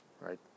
Right